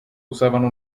usavano